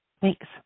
Thanks